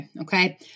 Okay